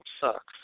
sucks